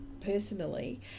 personally